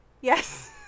Yes